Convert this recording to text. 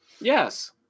Yes